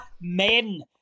Men